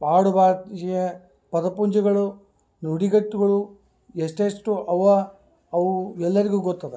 ಆಡು ಭಾಷೆಯ ಪದಪುಂಜಗಳು ನುಡಿಗಟ್ಟುಗಳು ಎಷ್ಟು ಎಷ್ಟೋ ಅವಾ ಅವು ಎಲ್ಲರಿಗೂ ಗೊತ್ತಿದೆ